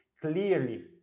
clearly